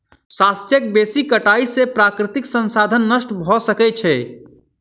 शस्यक बेसी कटाई से प्राकृतिक संसाधन नष्ट भ सकै छै